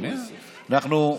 אדוני השר.